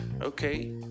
okay